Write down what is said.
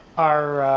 our